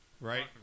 Right